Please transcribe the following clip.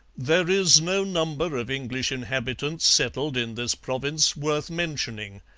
there is no number of english inhabitants settled in this province worth mentioning,